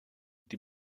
die